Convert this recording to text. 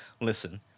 listen